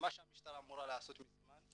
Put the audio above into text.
שהמשטרה הייתה אמורה לעשות מזמן.